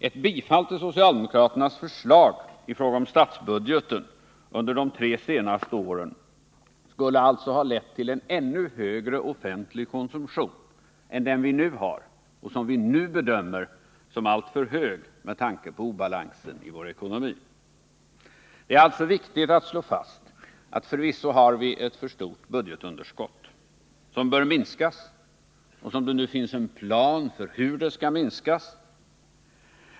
Ett bifall till socialdemokraternas förslag i fråga om statsbudgeten under de tre senaste åren skulle alltså ha lett till en ännu högre offentlig konsumtion än den vi nu har och som vi nu bedömer som alltför hög med tanke på obalansen i vår ekonomi. Det är således viktigt att slå fast att vi förvisso har ett för stort budgetunderskott, som bör minskas och där det nu finns en plan för hur det skall minskas.